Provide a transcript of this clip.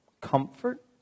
comfort